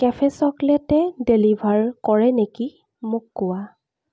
cafe চকলেটে deliver কৰে নেকি মোক কোৱা